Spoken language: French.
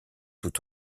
tout